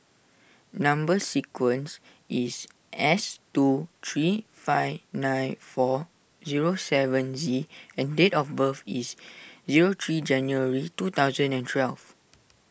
Number Sequence is S two three five nine four zero seven Z and date of birth is zero three January two thousand and twelve